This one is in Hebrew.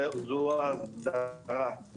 וזו ההסדרה.